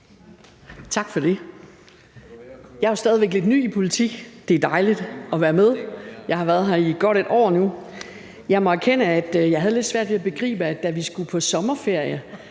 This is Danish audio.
Tak for det. Jeg er jo stadig væk lidt ny i politik. Det er dejligt at være med, og jeg har nu været her i godt et år. Jeg må erkende, at jeg havde lidt svært ved at begribe, at da vi skulle på sommerferie,